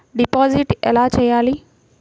Deposit ఎలా చెయ్యాలి?